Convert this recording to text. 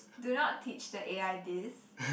do not teach the a_i this